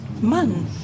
man